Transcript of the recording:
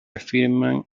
afirman